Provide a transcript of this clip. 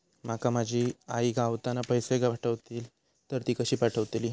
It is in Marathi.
माका माझी आई गावातना पैसे पाठवतीला तर ती कशी पाठवतली?